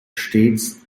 stets